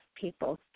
people